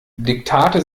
diktate